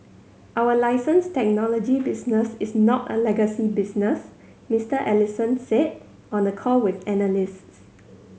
our license technology business is not a legacy business Mister Ellison said on a call with analysts